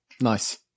Nice